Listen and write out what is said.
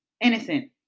Innocent